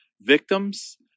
victims